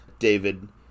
David